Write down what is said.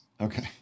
Okay